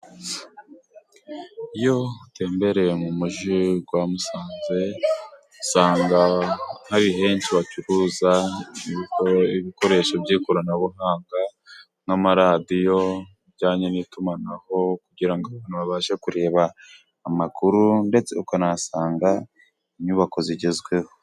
Iyo utembereye mu mujyi rwa Musanze usanga hari henshi bacuruza ibikoresho by'ikoranabuhanga, n'amaradiyo bijyanye n'itumanaho kugirango abantu babashe kureba amakuru ndetse ukanahasanga inyubako zigezweho.